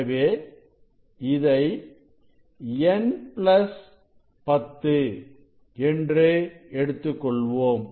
எனவே இதை n10 என்று எடுத்துக்கொள்வோம்